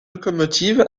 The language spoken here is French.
locomotive